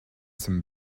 some